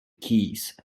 keys